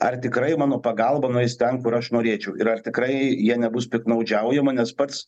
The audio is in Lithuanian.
ar tikrai mano pagalba nueis ten kur aš norėčiau ir ar tikrai jie nebus piktnaudžiaujama nes pats